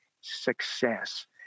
success